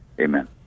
Amen